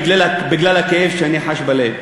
בגלל הכאב שאני חש בלב.